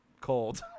Cold